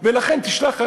ולכן תשלח,